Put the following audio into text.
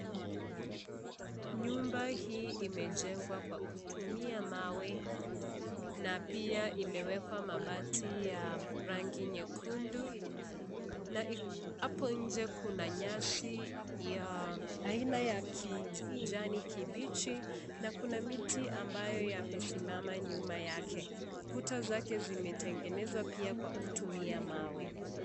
Nyumba hii imejengwa kwa kutumia mawe na pia imewekwa mabati ya rangi nyekundu na hapo nje kuna nyasi ya aina ya kijani kibichi na kuna miti ambayo yamesimama nyuma yake, kuta zake zimetengenezwa pia kwa kutumia mawe.